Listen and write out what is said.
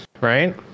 right